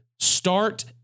start